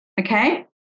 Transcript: Okay